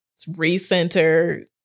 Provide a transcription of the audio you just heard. recenter